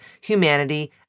humanity